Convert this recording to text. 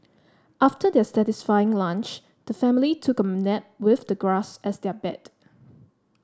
after their satisfying lunch the family took a nap with the grass as their bed